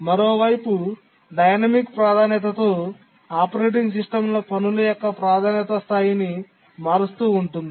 మరోవైపు డైనమిక్ ప్రాధాన్యత తో ఆపరేటింగ్ సిస్టమ్ పనుల యొక్క ప్రాధాన్యత స్థాయిని మారుస్తూ ఉంటుంది